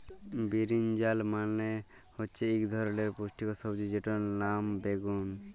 বিরিনজাল মালে হচ্যে ইক ধরলের পুষ্টিকর সবজি যেটর লাম বাগ্যুন